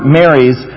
marries